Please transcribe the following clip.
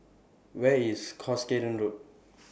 Where IS Cuscaden Road